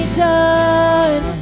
done